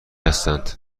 هستند